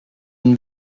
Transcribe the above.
une